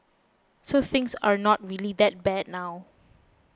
so things are not really that bad now